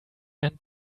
and